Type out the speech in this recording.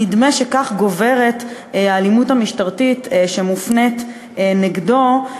נדמה שכך גוברת האלימות המשטרתית שמופנית נגדם.